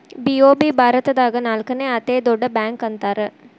BOB ಭಾರತದಾಗ ನಾಲ್ಕನೇ ಅತೇ ದೊಡ್ಡ ಬ್ಯಾಂಕ ಅಂತಾರ